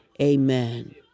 amen